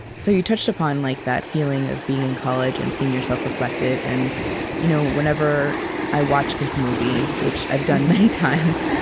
so you touched upon like that feeling of being in college and seeing yourself reflected. and you know whenever i watch this movie, which i've done many times,